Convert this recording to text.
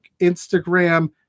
Instagram